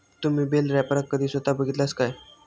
तुम्ही बेल रॅपरका कधी स्वता बघितलास काय?